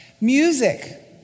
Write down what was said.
music